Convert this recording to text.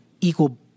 equal